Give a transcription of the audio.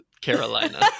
Carolina